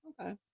Okay